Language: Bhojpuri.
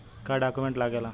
का डॉक्यूमेंट लागेला?